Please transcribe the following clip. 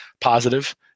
positive